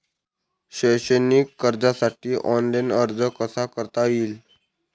शैक्षणिक कर्जासाठी ऑनलाईन अर्ज कसा करता येईल?